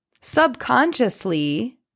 Subconsciously